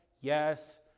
yes